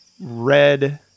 red